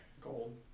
Gold